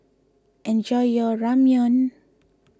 enjoy your Ramyeon